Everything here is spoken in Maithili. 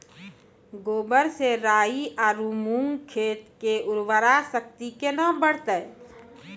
गोबर से राई आरु मूंग खेत के उर्वरा शक्ति केना बढते?